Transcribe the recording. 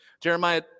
Jeremiah